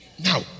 Now